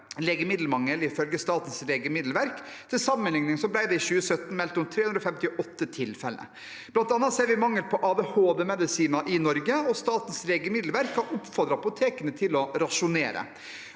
legemiddelmangel, ifølge Statens legemiddelverk. Til sammenligning ble det i 2017 meldt om 358 tilfeller. Blant annet ser vi mangel på ADHD-medisiner i Norge, og Statens legemiddelverk har oppfordret apotekene til å rasjonere.